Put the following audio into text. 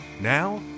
Now